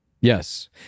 yes